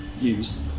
use